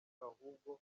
ahubwo